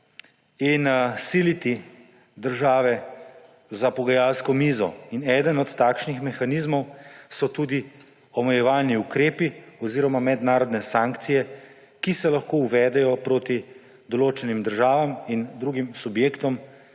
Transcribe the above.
in siliti države za pogajalsko mizo. Eni od takšnih mehanizmov so tudi omejevalni ukrepi oziroma mednarodne sankcije, ki se lahko uvedejo proti določenim državam in drugim subjektom,